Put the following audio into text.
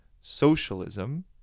socialism